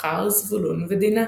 דן ונפתלי.